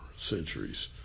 centuries